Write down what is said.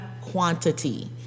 quantity